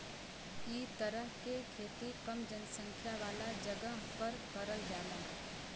इ तरह के खेती कम जनसंख्या वाला जगह पर करल जाला